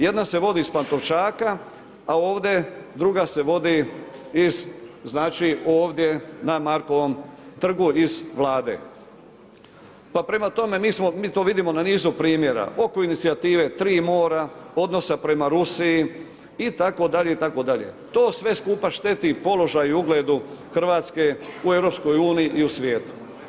Jedna se vodi s Pantovčaka, a ovdje druga se vodi ovdje na Markovom trgu iz Vlade, pa prema tome mi to vidimo na niz primjera oko inicijative „Tri mora“, odnosa prema Rusiji itd., itd. to sve skupa šteti položaju ugledu Hrvatske u EU i u svijetu.